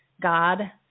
God